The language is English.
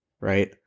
right